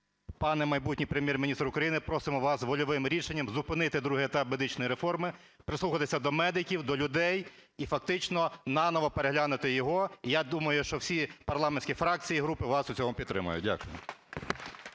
пане майбутній Прем'єр-міністр України, просимо вас вольовим рішенням зупинити другий етап медичної реформи, прислухатися до медиків, до людей і, фактично, наново переглянути його. І я думаю, що всі парламентські фракції і групи вас у цьому підтримають. Дякую.